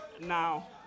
Now